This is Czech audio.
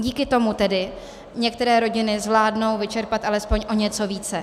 Díky tomu tedy některé rodiny zvládnou vyčerpat alespoň o něco více.